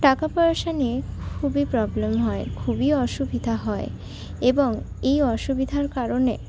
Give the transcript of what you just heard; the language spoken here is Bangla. টাকা পয়সা নিয়ে খুবই প্রবলেম হয় খুবই অসুবিধা হয় এবং এই অসুবিধার কারণে